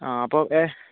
ആ അപ്പോൾ ഏ